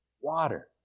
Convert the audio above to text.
water